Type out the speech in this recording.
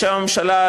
בשם הממשלה,